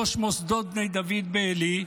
ראש מוסדות בני דוד בעלי?